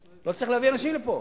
לא צריך להביא אנשים לפה.